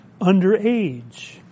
underage